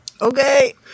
okay